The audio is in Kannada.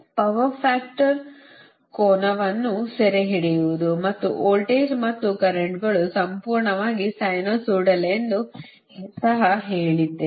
ಪವರ್ ಫ್ಯಾಕ್ಟರ್ ಕೋನವನ್ನು ಸೆರೆಹಿಡಿಯುವುದು ಮತ್ತು ವೋಲ್ಟೇಜ್ ಮತ್ತು ಕರೆಂಟ್ಗಳು ಸಂಪೂರ್ಣವಾಗಿ ಸೈನುಸೈಡಲ್ ಎಂದು ಸಹ ಹೇಳಿದ್ದೇನೆ